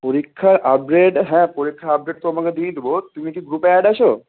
পরীক্ষার আপগ্রেড হ্যাঁ পরীক্ষার আপডেট তোমাকে দিয়েই দেবো তুমি কি গ্রুপে অ্যাড আছ